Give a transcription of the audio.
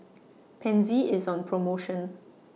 Pansy IS on promotion